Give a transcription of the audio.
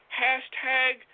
hashtag